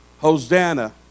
Hosanna